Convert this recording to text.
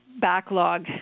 backlog